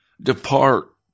Depart